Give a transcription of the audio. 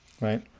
right